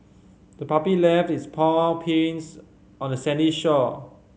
the puppy left its paw prints on the sandy shore